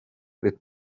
wird